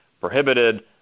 prohibited